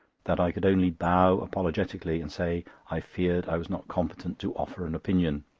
that i could only bow apologetically, and say i feared i was not competent to offer an opinion.